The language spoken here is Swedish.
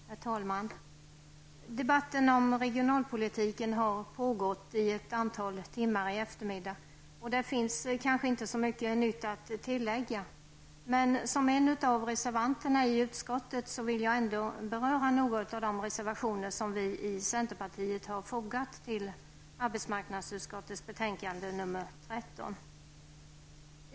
Herr talman! Debatten om regionalpolitiken har pågått ett antal timmar i eftermiddag. Det finns kanske inte så mycket nytt att tillägga, men som en av reservanterna i utskottet vill jag ändå beröra några av de reservationer som vi i centerpartiet har fogat till arbetsmarknadsutskottets betänkande 13.